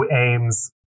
aims